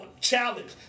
Challenge